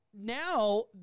now